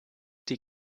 die